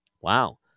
Wow